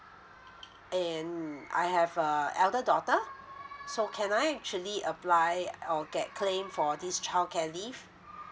and I have a elder daughter so can I actually apply or get claim for this childcare leave